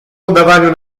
udawaniu